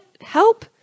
help